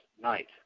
night